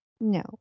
No